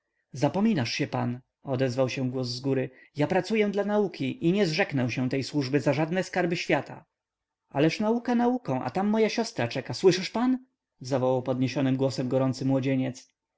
zapominasz się pan odezwał się głos z góry ja pracuję dla nauki i nie zrzeknę się tej służby za żadne skarby świata ależ nauka nauką a tam moja siostra czeka słyszysz pan zawołał podniesionym głosem gorący młodzieniec